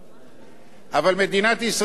אבל מדינת ישראל איננה יכולה להיות